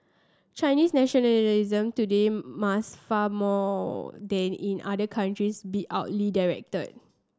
Chinese nationalism today must far more than in other countries be directed